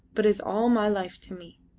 but is all my life to me.